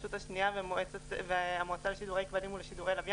הרשות השניה והמועצה לשידורי כבלים ולוויין